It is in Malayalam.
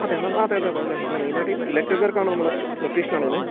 അതെ മാം ആ അതെ അതെ അതെ അതെ നമ്മൾ മെയ്നായിട്ട് ഇലക്ട്രിക്കൽ വർക്കാണ് നമ്മള് ഇലക്ട്രീഷ്യനാണ് ഞാനേ